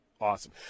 awesome